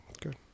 Good